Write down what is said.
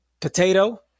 potato